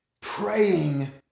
Praying